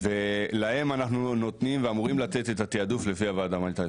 ולהם אנחנו נותנים ואמורים לתת את התיעדוף לפי הוועדה ההומניטרית,